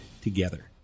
together